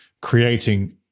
creating